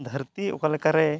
ᱫᱷᱟᱹᱨᱛᱤ ᱚᱠᱟᱞᱮᱠᱟᱨᱮ